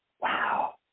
Wow